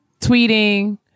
tweeting